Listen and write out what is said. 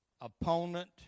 opponent